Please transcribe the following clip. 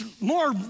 more